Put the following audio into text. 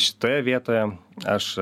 šitoje vietoje aš